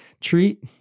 treat